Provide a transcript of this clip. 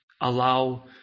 allow